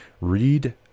Read